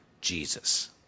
Jesus